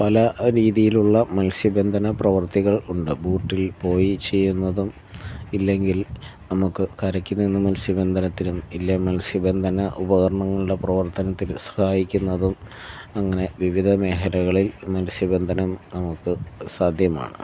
പല രീതിയിലുള്ള മൽസ്യബന്ധന പ്രവർത്തികൾ ഉണ്ട് ബോട്ടിൽ പോയി ചെയ്യുന്നതും ഇല്ലെങ്കിൽ നമുക്ക് കരയ്ക്ക് നിന്ന് മത്സ്യബന്ധനത്തിനും ഇല്ലേൽ മൽസ്യബന്ധന ഉപകരണങ്ങളുടെ പ്രവർത്തനത്തിന് സഹായിക്കുന്നതും അങ്ങനെ വിവിധ മേഖലകളിൽ മൽസ്യബന്ധനം നമുക്ക് സാധ്യമാണ്